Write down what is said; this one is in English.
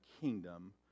kingdom